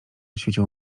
świeciło